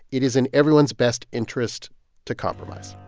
it is in everyone's best interest to compromise